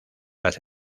las